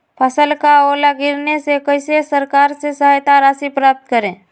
फसल का ओला गिरने से कैसे सरकार से सहायता राशि प्राप्त करें?